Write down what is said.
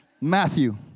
Matthew